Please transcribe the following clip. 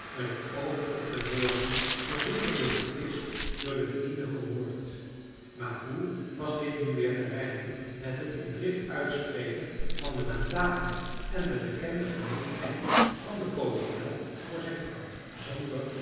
met het oog op de woorden gedurende den twist door de bedienden gehoord maar hoe was dit nu weer te rijmen met het in drift uitspreken van den naam david en de bekende genegenheid van den kolonel voor zijn vrouw zonder